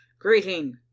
greeting